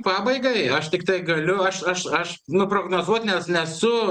pabaigai aš tiktai galiu aš aš aš nuprognozuot nes nesu